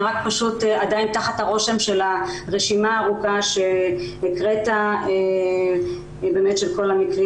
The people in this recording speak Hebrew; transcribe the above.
אני רק פשוט עדיין תחת הרושם של הרשימה הארוכה שהקראת של כל המקרים